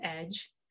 edge